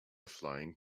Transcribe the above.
flying